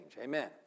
Amen